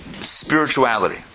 spirituality